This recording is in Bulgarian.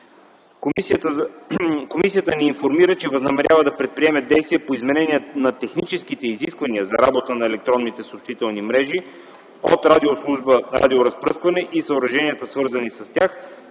Комисията ни информира, че възнамерява да предприеме действие по изменение на техническите изисквания за работа на електронните съобщителни мрежи от радиослужба „Радиоразпръскване” и съоръженията, свързани с тях,